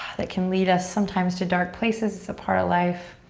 that can lead us sometimes to dark places. it's a part of life.